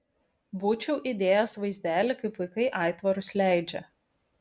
būčiau įdėjęs vaizdelį kaip vaikai aitvarus leidžia